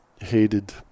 hated